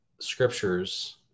scriptures